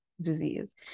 disease